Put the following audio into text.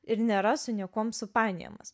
ir nėra su niekuom supainiojamas